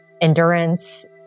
endurance